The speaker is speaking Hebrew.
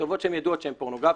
כתובות שידוע שהן פורנוגרפיות,